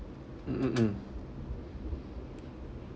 mm mm mm